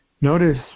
Notice